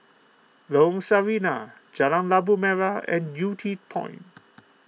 Lorong Sarina Jalan Labu Merah and Yew Tee Point